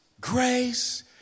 grace